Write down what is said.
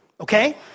okay